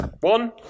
one